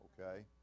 Okay